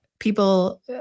people